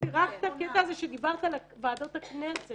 הקשבתי רק את הקטע שדיברת על ועדות הכנסת.